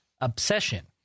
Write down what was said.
Obsession